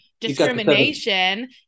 discrimination